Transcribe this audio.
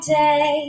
day